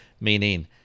Meaning